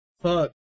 Fuck